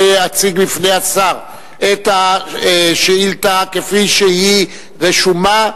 נא להציג לפני השר את השאילתא כפי שהיא רשומה.